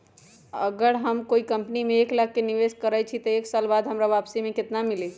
अगर हम कोई कंपनी में एक लाख के निवेस करईछी त एक साल बाद हमरा वापसी में केतना मिली?